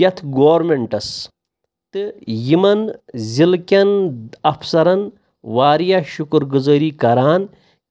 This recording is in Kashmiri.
یَتھ گورمینٹَس تہٕ یِمَن ضِلعہٕ کٮ۪ن اَفسَرَن واریاہ شُکُر گُزٲری کَران